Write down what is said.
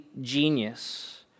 genius